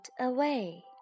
Away